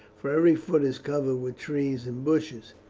for every foot is covered with trees and bushes.